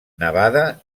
nevada